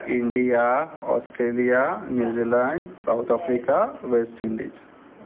India Australia New Zealand South Africa West Indies